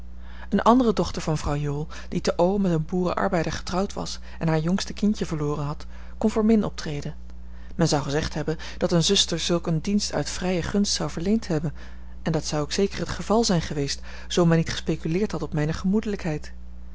eene andere dochter van vrouw jool die te o met een boerenarbeider getrouwd was en haar jongste kindje verloren had kon voor min optreden men zou gezegd hebben dat eene zuster zulk een dienst uit vrije gunst zou verleend hebben en dat zou ook zeker het geval zijn geweest zoo men niet gespeculeerd had op mijne gemoedelijkheid